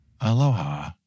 Aloha